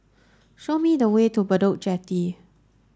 show me the way to Bedok Jetty